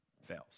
fails